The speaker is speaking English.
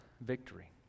victory